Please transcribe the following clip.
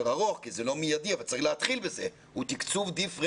ארוך כי זה לא מיידי אבל צריך להתחיל עם זה הוא תקצוב דיפרנציאלי.